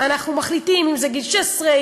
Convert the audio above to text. אנחנו מחליטים אם זה גיל 16,